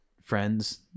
friends